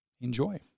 Enjoy